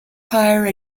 higher